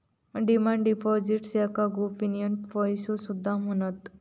demand deposits याका गोपनीय पैसो सुद्धा म्हणतत